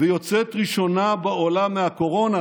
ויוצאת ראשונה בעולם מהקורונה